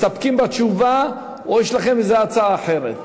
אתם מסתפקים בתשובה או שיש לכם איזו הצעה אחרת?